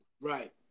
Right